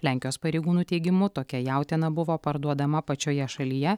lenkijos pareigūnų teigimu tokia jautiena buvo parduodama pačioje šalyje